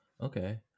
okay